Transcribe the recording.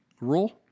rule